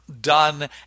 done